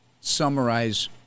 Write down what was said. summarize